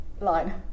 line